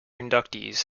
inductees